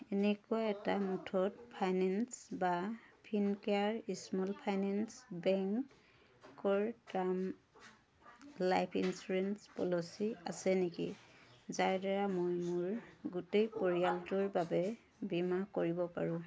এনেকুৱা এটা মুথুত ফাইনেন্স বা ফিনকেয়াৰ স্মল ফাইনেন্স বেংকৰ টাৰ্ম লাইফ ইন্সুৰেঞ্চ পলিচি আছে নেকি যাৰ দ্বাৰা মই মোৰ গোটেই পৰিয়ালটোৰ বাবে বীমা কৰিব পাৰোঁ